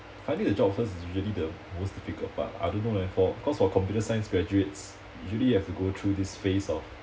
finding a job first is really the most difficult part I don't know leh for cause for computer science graduates usually have to go through this phase of